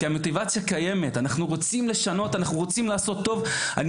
המוטיבציה לשנות ולעשות טוב קיימת.